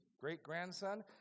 great-grandson